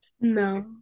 No